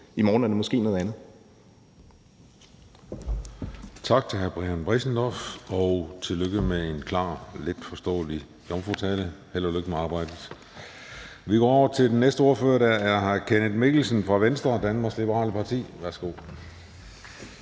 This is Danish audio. i morgen er det måske noget andet.